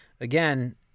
again